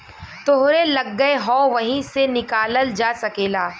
तोहरे लग्गे हौ वही से निकालल जा सकेला